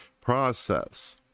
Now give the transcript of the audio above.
process